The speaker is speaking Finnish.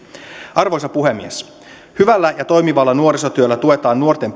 arvoisa puhemies hyvällä ja toimivalla nuorisotyöllä tuetaan nuorten